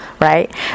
right